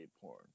porn